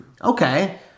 okay